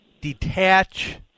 detach